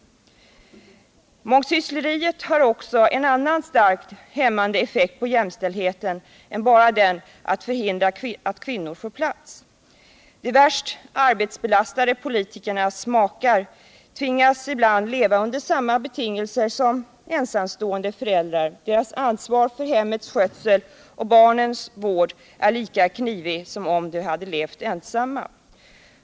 Mångsyssleriet har en annan starkt hämmande effekt på jämställdheten vid sidan av den att förhindra att fler kvinnor får plats. De värst arbetsbelastade politikernas makar tvingas ibland att leva under samma betingelser som ensamstående föräldrar. Deras ansvar för hemmets skötsel och barnens vård är lika stort som om de hade levt ensamma.